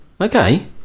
Okay